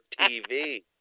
TV